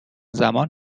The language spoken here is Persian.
زمان